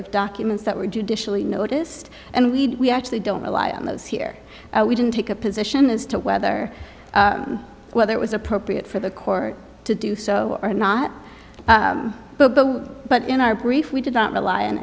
of documents that were judicially noticed and we actually don't rely on those here we didn't take a position as to whether whether it was appropriate for the court to do so or not but in our brief we did not rely on